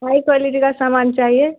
high quality کا سامان چاہیے